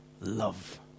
love